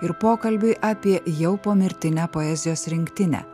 ir pokalbiui apie jau pomirtinę poezijos rinktinę